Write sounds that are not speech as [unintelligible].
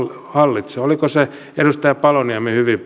hallitsee oliko se edustaja paloniemi joka hyvin [unintelligible]